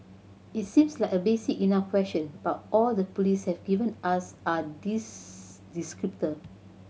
it seems like a basic enough question but all the police have given us are these descriptors